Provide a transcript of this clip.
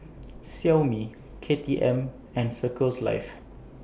Xiaomi K T M and Circles Life